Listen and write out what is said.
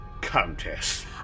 Countess